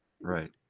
right